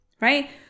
right